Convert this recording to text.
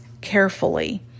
carefully